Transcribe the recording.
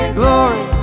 glory